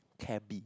cabin